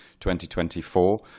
2024